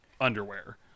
underwear